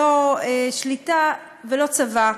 לא של שליטה ולא של צבא,